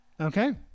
Okay